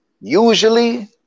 usually